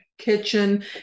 kitchen